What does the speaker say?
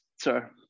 sir